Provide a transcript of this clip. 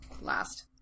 last